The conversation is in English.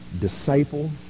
disciple